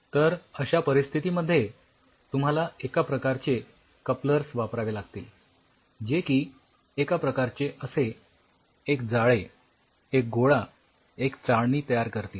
तर अश्या परिस्थितीमध्ये तुम्हाला एका प्रकारचे कपलर्स वापरावे लागतील जे की एका प्रकारचे असे एक जाळे एक गोळा एक चाळणी तयार करतील